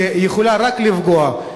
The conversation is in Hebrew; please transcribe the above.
שיכולה רק לפגוע.